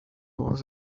was